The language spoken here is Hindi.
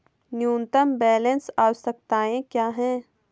न्यूनतम बैलेंस आवश्यकताएं क्या हैं?